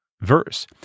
verse